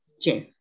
Jeff